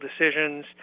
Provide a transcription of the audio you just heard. decisions